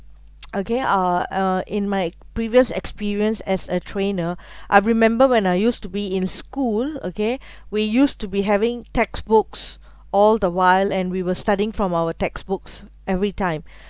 again uh uh in my previous experience as a trainer I remember when I used to be in school okay we used to be having textbooks all the while and we were studying from our textbooks every time